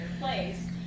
place